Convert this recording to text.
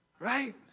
Right